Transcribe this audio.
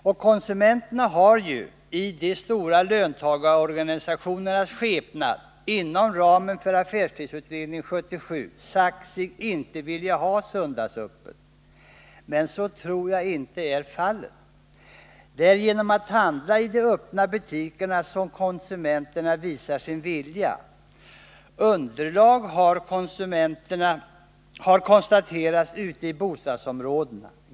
Och konsumenterna har ju — i de stora löntagarorganisationernas skepnad — inom ramen för affärstidsutredningen 1977 sagt sig inte vilja ha söndagsöppet. Men så tror jag inte är fallet. Det är genom att handla i de öppna butikerna som konsumenterna visar sin vilja. Underlag har konstaterats ute i bostadsområdena.